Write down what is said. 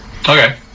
Okay